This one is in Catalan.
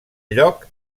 lloc